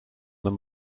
than